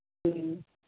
जी